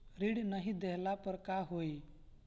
ऋण नही दहला पर का होइ?